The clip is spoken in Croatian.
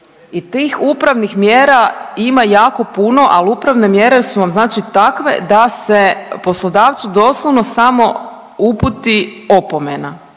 i tih upravnih mjera ima jako puno, al upravne mjere su vam znači takve da se poslodavcu doslovno samo uputi opomena,